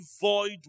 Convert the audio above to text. void